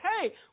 hey